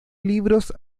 libros